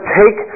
take